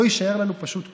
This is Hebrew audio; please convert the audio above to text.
לא יישאר לנו פשוט כלום.